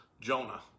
Jonah